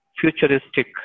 futuristic